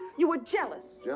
you are jealous! yeah